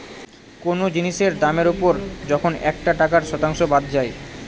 কোনো জিনিসের দামের ওপর যখন একটা টাকার শতাংশ বাদ যায়